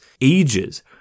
ages